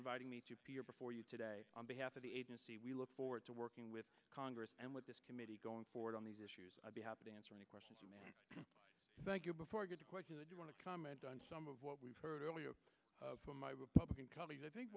inviting me here before you today on behalf of the agency we look forward to working with congress and with this committee going forward on these issues i'll be happy to answer any questions thank you before i get a question that you want to comment on some of what we've heard earlier from my republican colleagues i think